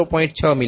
6 મી